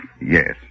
Yes